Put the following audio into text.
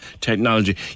technology